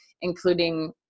including